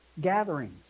gatherings